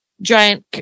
giant